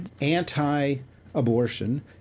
anti-abortion